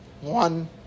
one